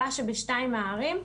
עלה שבשתיים מהערים,